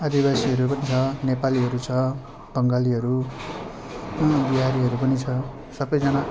आदिवासीहरू पनि छ नेपालीहरू छ बङ्गालीहरू बिहारीहरू पनि छ सबैजना